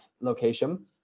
location